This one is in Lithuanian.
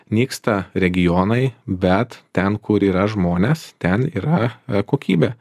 nyksta regionai bet ten kur yra žmonės ten yra kokybė